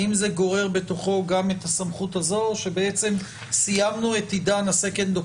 האם זה גורר בתוכו גם את הסמכות הזו או שסיימנו את עידן הדעה השנייה?